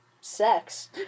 sex